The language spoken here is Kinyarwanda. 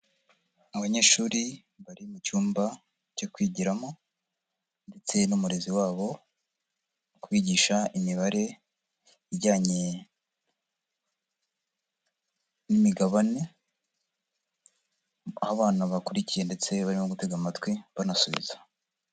Abanyeshuri bari mu cyumba cyo kwigiramo ndetse n'umurezi wabo, kubigisha imibare ijyanye n'imigabane, aho abana bakurikiye ndetse barimo gutega amatwi, banasubiza.